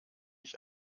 ich